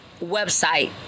website